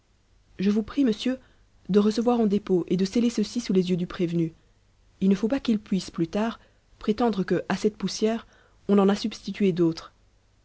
je vous prie monsieur de recevoir en dépôt et de sceller ceci sous les yeux du prévenu il ne faut pas qu'il puisse plus tard prétendre que à cette poussière on en a substitué d'autre